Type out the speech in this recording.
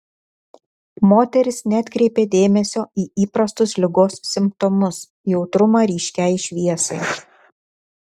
moteris neatkreipė dėmesio į įprastus ligos simptomus jautrumą ryškiai šviesai